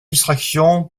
distraction